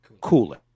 Cooler